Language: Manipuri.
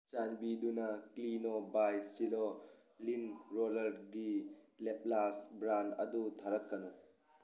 ꯆꯥꯟꯕꯤꯗꯨꯅ ꯀ꯭ꯂꯤꯅꯣ ꯕꯥꯏ ꯁꯤꯂꯣ ꯂꯤꯟ ꯔꯣꯂꯔꯒꯤ ꯂꯦꯞꯂꯥꯁ ꯕ꯭ꯔꯥꯟ ꯑꯗꯨ ꯊꯥꯔꯛꯀꯅꯨ